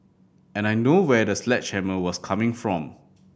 and I know where the sledgehammer was coming from